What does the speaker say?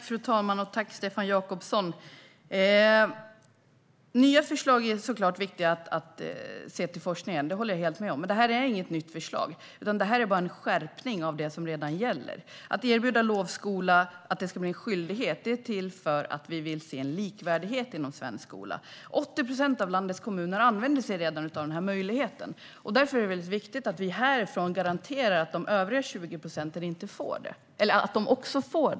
Fru talman! Tack, Stefan Jakobsson, för frågan! Det är såklart viktigt att se till forskningen när det gäller nya förslag, det håller jag helt med om, men det här är inget nytt förslag utan en skärpning av vad som redan gäller. Att det ska bli en skyldighet att erbjuda lovskola är för att vi vill se en likvärdighet inom svensk skola. 80 procent av landets kommuner använder sig redan av den här möjligheten, och därför är det väldigt viktigt att vi härifrån garanterar att man även får det i de återstående 20 procenten av kommunerna.